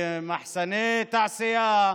במחסני תעשייה,